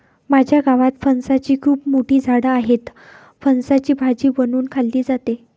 माझ्या गावात फणसाची खूप मोठी झाडं आहेत, फणसाची भाजी बनवून खाल्ली जाते